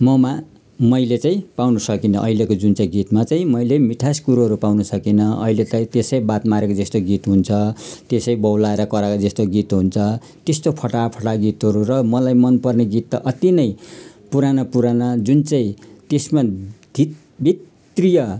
ममा मैले चाहिँ पाउनसकिनँ अहिलेको जुन चाहिँ गीतमा चाहिँ मैले मिठास कुरोहरू पाउनसकिनँ अहिले त त्यसै बात मारेको जस्तै गीत हुन्छ त्यसै बहुलाएर कराएको जस्तो गीत हुन्छ त्यस्तो फटाहा फटाहा गीतहरू र मलाई मनपर्ने गीत त अति नै पुराना पुराना जुन चाहिँ त्यसमा धित् भित्रीय